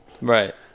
Right